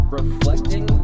reflecting